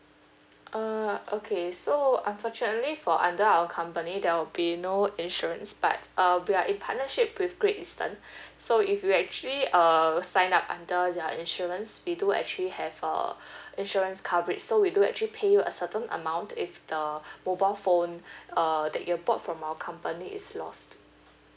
uh okay so unfortunately for under our company there will be no insurance but uh we are in partnership with Great Eastern so if you actually uh signed up under the insurance we do actually have uh insurance coverage so we do actually pay you a certain amount if the mobile phone uh that you bought from our company is lost